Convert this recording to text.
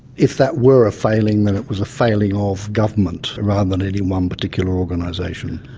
if that were a failing then it was a failing of government, rather than any one particular organisation.